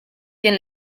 quien